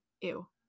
ew